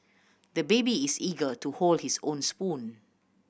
the baby is eager to hold his own spoon